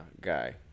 guy